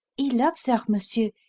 he loves her, monsieur.